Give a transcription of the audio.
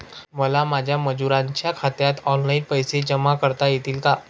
मला माझ्या मजुरांच्या खात्यात ऑनलाइन पैसे जमा करता येतील का?